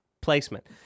placement